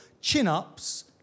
chin-ups